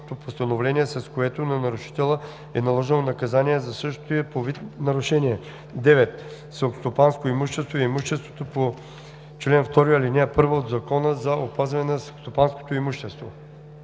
постановление, с което на нарушителя е наложено наказание за същото по вид нарушение. 9. „Селскостопанско имущество“ е имуществото по чл. 2, ал. 1 от Закона за опазване на селскостопанското имущество.“